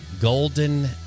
Golden